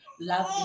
love